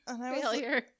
failure